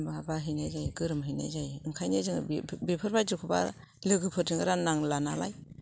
माबा हैनाय जायो गोरोम हैनाय जायो ओंखायनो जोङो बेफोरबादि खौबा लोगोफोरजों राननांला नालाय